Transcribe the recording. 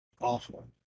awful